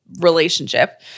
relationship